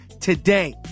today